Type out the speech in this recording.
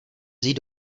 vzít